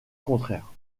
contraire